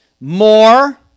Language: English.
more